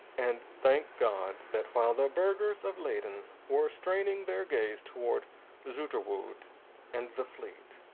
and thank god that while the burghers of leyden were straining their gaze toward zoeterwoude and the fleet,